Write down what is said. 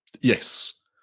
Yes